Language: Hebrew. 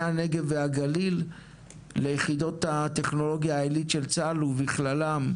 הנגב והגליל ליחידות הטכנולוגיה העילית של צה"ל ובכלל 81,